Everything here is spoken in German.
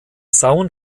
sound